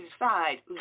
decide